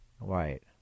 Right